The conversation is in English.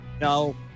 no